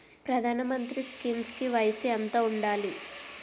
ప్రధాన మంత్రి స్కీమ్స్ కి వయసు ఎంత ఉండాలి?